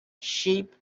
sheep